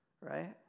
right